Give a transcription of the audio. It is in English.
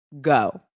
Go